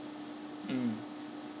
mm